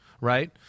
right